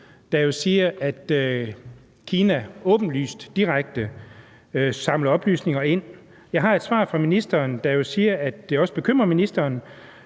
fra PET, at Kina åbenlyst og direkte samler oplysninger ind. Jeg har et svar fra ministeren, hvor der står, at det også bekymrer ministeren,